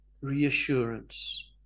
reassurance